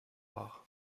rares